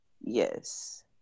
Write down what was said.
yes